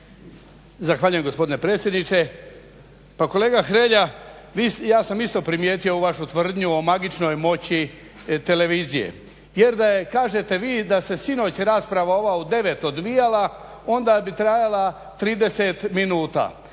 Zahvaljujem gospodine predsjedniče. Pa kolega Hrelja, ja sam isto primijetio ovu vašu tvrdnju o magičnoj moći televizije jer da je kažete vi da se sinoć rasprava ova u 9 odvijala onda bi trajala 30 minuta.